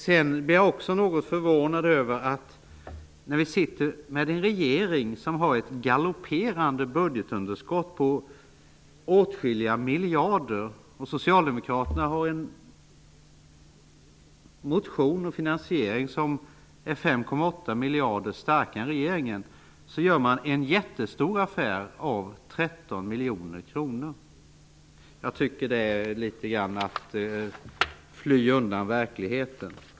Jag blir också något förvånad över att när man har en regering som har ett galopperande budgetunderskott på åtskilliga miljarder och där Socialdemokraterna har väckt en motion med förslag till finansiering som är 5,8 miljarder starkare än regeringen, gör man en jättestor affär av 13 miljoner kronor. Jag tycker att det är litet grand att fly undan verkligheten.